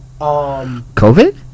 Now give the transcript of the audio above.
COVID